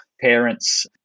parents